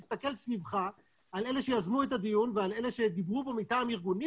תסתכל סביבך על אלה שיזמו את הדיון ועל אלה שדיברו בו מטעם ארגונים